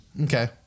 Okay